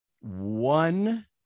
One